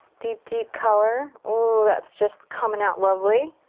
deep deep color. oooh! that's just coming out lovely.